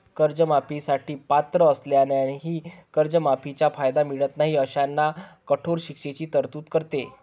कर्जमाफी साठी पात्र असलेल्यांनाही कर्जमाफीचा कायदा मिळत नाही अशांना कठोर शिक्षेची तरतूद करतो